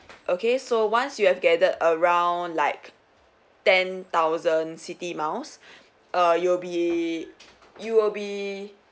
okay so once you have gathered around like ten thousand citi miles err you would be you would be